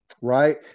right